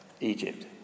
Egypt